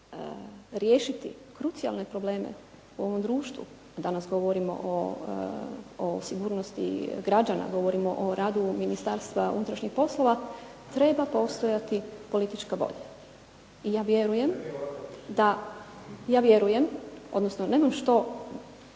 riješiti krucijalne probleme u ovom društvu, danas govorimo o sigurnosti građana, govorimo o radu Ministarstva unutrašnjih poslova treba postojati politička volja. I ja vjerujem da, ja